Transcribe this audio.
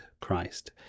christ